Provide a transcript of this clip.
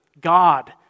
God